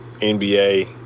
NBA